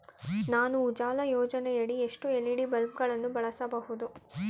ನಾನು ಉಜಾಲ ಯೋಜನೆಯಡಿ ಎಷ್ಟು ಎಲ್.ಇ.ಡಿ ಬಲ್ಬ್ ಗಳನ್ನು ಬಳಸಬಹುದು?